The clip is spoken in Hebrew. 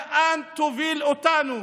לאן היא תוביל אותנו,